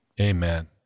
Amen